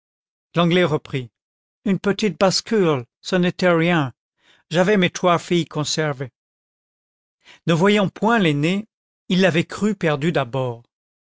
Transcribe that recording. l'anglais reprit une petite bascule ce n'été rien j'avé mes trois filles conserves ne voyant point l'aînée il l'avait crue perdue d'abord